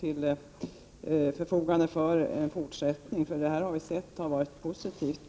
till förfogande för en fortsättning, eftersom detta varit positivt.